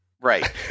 Right